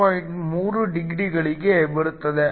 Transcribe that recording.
3 ಡಿಗ್ರಿಗಳಿಗೆ ಬರುತ್ತದೆ